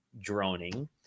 droning